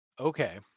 Okay